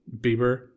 bieber